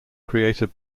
created